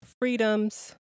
freedoms